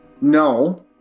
No